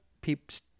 peeps